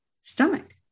stomach